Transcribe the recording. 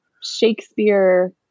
Shakespeare